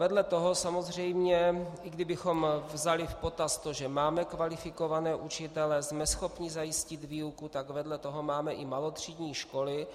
Vedle toho samozřejmě, i kdybychom vzali v potaz to, že máme kvalifikované učitele, jsme schopni zajistit výuku, tak vedle toho máme i malotřídní školy.